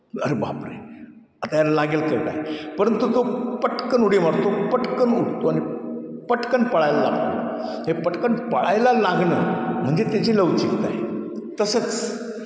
अरे बापरे आता याला लागेल का काय परंतु तो पटकन उडी मारतो पटकन उठतो आणि पटकन पळायला लागतो हे पटकन पळायला लागणं म्हणजे त्याची लवचिकता आहे तसंच